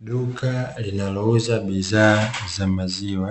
Duka linalouza bidhaa za maziwa,